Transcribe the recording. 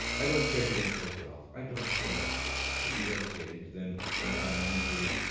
i don't care if you don't play golf. i don't care he hesitated, then went on manfully.